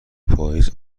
پاییز